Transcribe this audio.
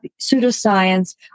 pseudoscience